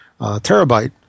terabyte